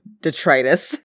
detritus